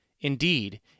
Indeed